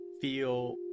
feel